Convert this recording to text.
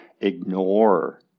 ignore